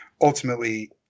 ultimately